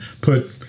put